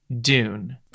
dune